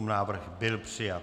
Návrh byl přijat.